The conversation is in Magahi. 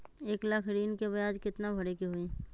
एक लाख ऋन के ब्याज केतना भरे के होई?